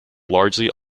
largely